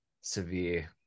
severe